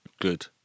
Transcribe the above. Good